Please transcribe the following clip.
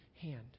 hand